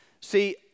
See